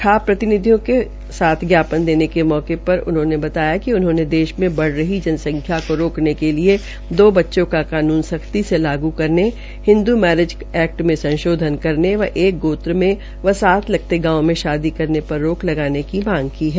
खाप प्रतिनिधियों के पांच ज्ञापन देने के मौके पर उनहोंने बताया कि उन्होंने देश मे बढ़ रही जनसंख्या को रोकने के लिए दो बच्चों का कानून सख्ती से लागू करने हिंदू मैरिज कानून में संशोधन करने व एक गौत्र व साथ लगते गांव में शादी करने पर रोक लगाने की मांग है